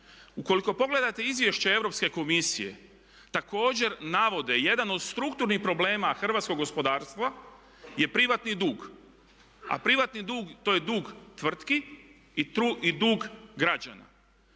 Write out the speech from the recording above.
Ukoliko pogledate izvješće Europske komisije također navode jedan od strukturnih problema hrvatskog gospodarstva je privatni dug, a privatni dug to je dug tvrtki i dug građana.